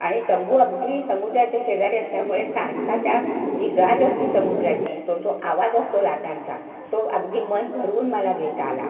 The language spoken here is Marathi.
आणि तंबू अगदी समुद्राच्या शेजारी असल्यामुळे सारखा त्या जी गाज असते समुद्राची तो जो आवाज असतो लाटांचा तो अगदी मन भरून मला घेता आला